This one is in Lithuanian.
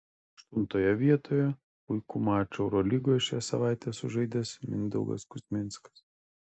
aštuntoje vietoje puikų mačą eurolygoje šią savaitę sužaidęs mindaugas kuzminskas